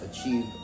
achieve